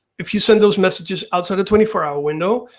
if you send those messages outside the twenty four hour window,